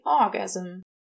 orgasm